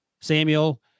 Samuel